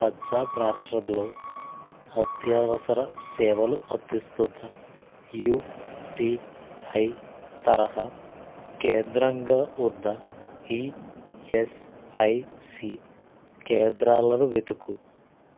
పంజాబ్ రాష్ట్రంలో అత్యవసర సేవలు అందిస్తున్న యుటిఐ తరహా కేంద్రంగా ఉన్న ఈఎస్ఐసీ కేంద్రాలను వెతుకు